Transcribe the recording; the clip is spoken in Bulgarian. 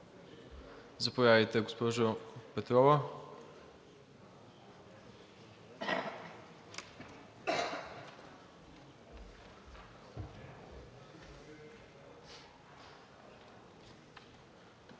Заповядайте, госпожо Петрова.